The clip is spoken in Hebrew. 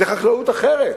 זאת חקלאות אחרת.